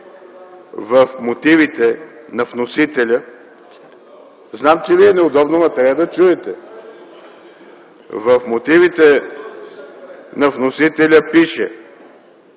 В мотивите на вносителя